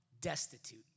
destitute